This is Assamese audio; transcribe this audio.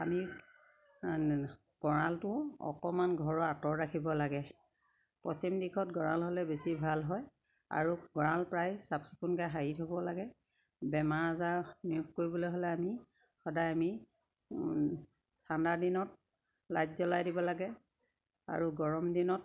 আমি গঁড়ালটো অকমান ঘৰৰ আঁতৰত ৰাখিব লাগে পশ্চিম দিশত গঁড়াল হ'লে বেছি ভাল হয় আৰু গঁৰাল প্ৰায় চাফ চিকুণকে সাৰি থ'ব লাগে বেমাৰ আজাৰ নিয়োগ কৰিবলৈ হ'লে আমি সদায় আমি ঠাণ্ডা দিনত লাইট জ্বলাই দিব লাগে আৰু গৰম দিনত